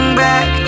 back